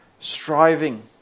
striving